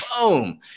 boom